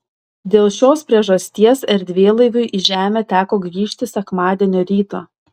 dėl šios priežasties erdvėlaiviui į žemę teko grįžti sekmadienio rytą